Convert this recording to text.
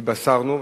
התבשרנו,